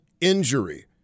injury